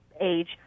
age